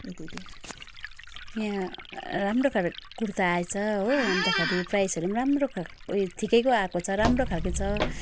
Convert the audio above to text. यहाँ राम्रो खाले कुर्ता आएछ हो अन्तखेरि प्राइसहरू राम्रो खाले ठिकैको आएको छ राम्रो खाले छ